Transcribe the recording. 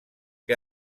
que